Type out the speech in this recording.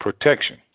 protection